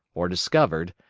or discovered,